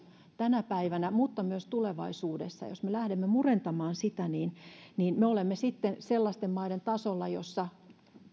tänä päivänä mutta myös tulevaisuudessa jos me lähdemme murentamaan sitä olemme sellaisten maiden tasolla kuin